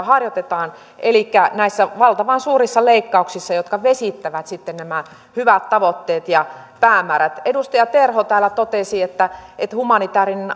harjoitetaan elikkä näissä valtavan suurissa leikkauksissa jotka vesittävät sitten nämä hyvät tavoitteet ja päämäärät edustaja terho täällä totesi että että humanitaarinen